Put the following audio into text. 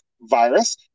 virus